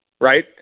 right